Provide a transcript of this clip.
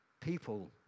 people